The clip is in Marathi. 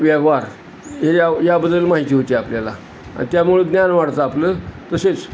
व्यवहार हे या याबद्दल माहिती होती आपल्याला अन त्यामुळे ज्ञान वाढतं आपलं तसेच